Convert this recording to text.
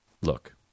look